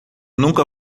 nunca